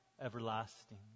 everlasting